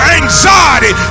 anxiety